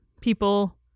people